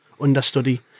understudy